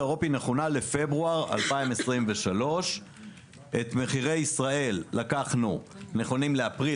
שנכונים לפברואר 2023. את מחירי ישראל לקחנו נכונים לאפריל